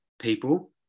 people